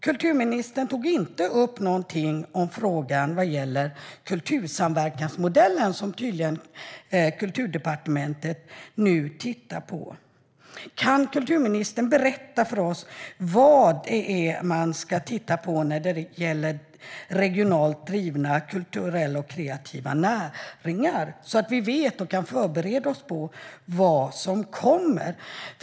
Kulturministern tog inte upp något om kultursamverkansmodellen, som Kulturdepartementet tydligen tittar på nu. Kan kulturministern berätta för oss vad man ska titta på när det gäller regionalt drivna kulturella och kreativa näringar, så att vi vet och kan förbereda oss på vad som kommer?